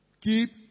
Keep